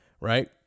right